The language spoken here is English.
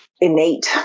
innate